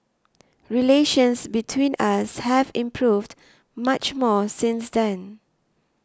relations between us have improved much more since then